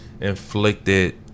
inflicted